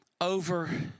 over